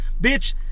Bitch